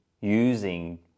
using